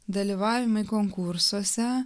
dalyvavimai konkursuose